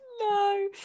No